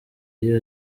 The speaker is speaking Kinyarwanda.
iyo